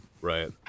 Right